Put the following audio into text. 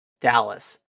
Dallas